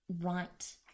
right